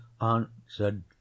answered